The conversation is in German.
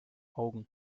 augen